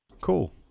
cool